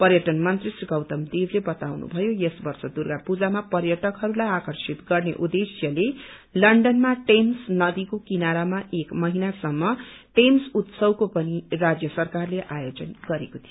पर्यटन मंत्री श्री गौतम देवले बताउनुभयो यस वव्र दुर्गापूजामा पर्यटकहरूलाई आकर्षित गर्ने उद्देश्यले लन्डनमा टेम्स नदीको किनारामा एक महिनासम्प टेम्स उत्सको पनि राज्य सरकारले आयोजन गरेको थियो